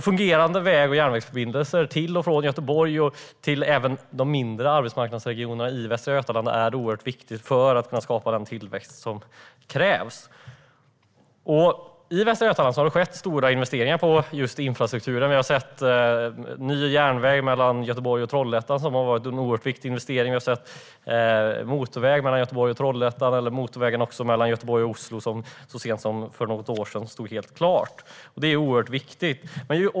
Fungerande väg och järnvägsförbindelser till och från Göteborg, och även till och från de mindre arbetsmarknadsregionerna i Västra Götaland, är oerhört viktigt för att vi ska kunna skapa den tillväxt som krävs. I Västra Götaland har det skett stora investeringar i just infrastrukturen. Vi har sett en ny järnväg mellan Göteborg och Trollhättan, vilket har varit en oerhört viktig investering. Vi har sett motorväg mellan Göteborg och Trollhättan, och vi har sett motorvägen mellan Göteborg och Oslo - som stod klar så sent som för något år sedan. Detta är oerhört viktigt.